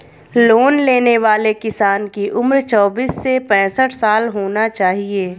loan लेने वाले किसान की उम्र चौबीस से पैंसठ साल होना चाहिए